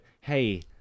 hey